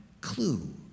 clue